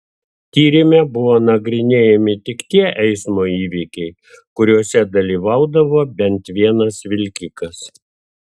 tyrime buvo nagrinėjami tik tie eismo įvykiai kuriuose dalyvaudavo bent vienas vilkikas